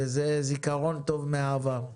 זה זיכרון טוב מהעבר.